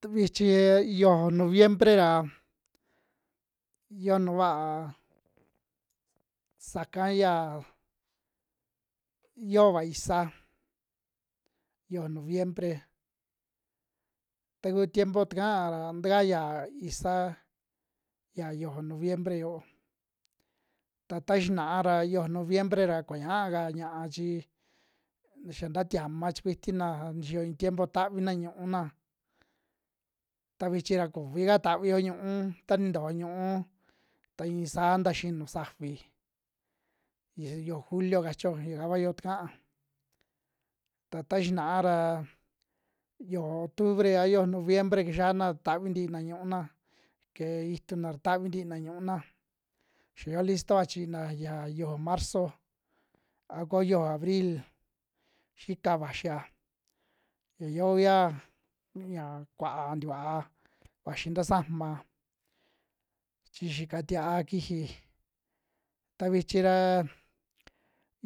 Tu vichi yojo noviembre ra yo nu vaa, saka yaa yiova isaa yojo noviembre taku tiempo taka ra takaya isaa ya yojo noviembre yoo, taa ta xianaa ra yojo noviembre ra kuña'ka ña'a chi xia nta tiama chikuitina nixiyo iin tiempo tavina ñu'úna ta vichi ra kuvika tavio ñu'un, ta ni ntojo ñu'un ta iin saa nta xinu safi yi yojo julio kachio, yaka kua yoo takaa, ta taa xinaa ra yojo octubre a yojo noviembre kixiana tavi ntiina ñu'una ke'e ituna ra tavii ntina ñu'una, xa yoo listoa chiina ya yojo marzo a ko yojo abril xika vaxia ya yoo uiya ya kua tikuaa vaxi ta saama chi xika tiá kiji, ta vichi ra